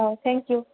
औ थेंकिउ